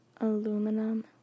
aluminum